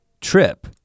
trip